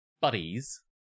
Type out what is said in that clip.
buddies